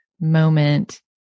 moment